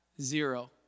zero